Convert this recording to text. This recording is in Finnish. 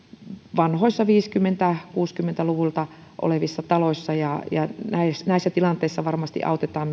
vanhoissa viisikymmentä viiva kuusikymmentä luvuilta olevissa taloissa ja näissä tilanteissa sitten varmasti autetaan